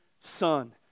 son